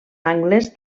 angles